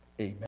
Amen